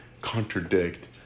contradict